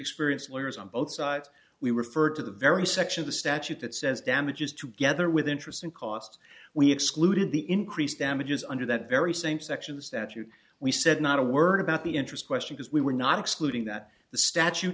experienced lawyers on both sides we referred to the very section of the statute that says damages to gether with interest and costs we excluded the increased damages under that very same section the statute we said not a word about the interest question because we were not excluding that the statute